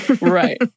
Right